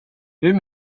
hur